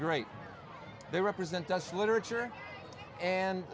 great they represent us literature and